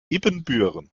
ibbenbüren